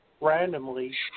randomly